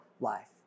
life